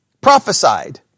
prophesied